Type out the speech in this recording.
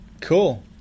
cool